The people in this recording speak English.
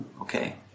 okay